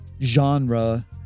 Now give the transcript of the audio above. genre